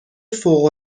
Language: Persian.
فوق